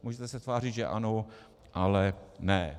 Můžete se tvářit, že ano, ale ne.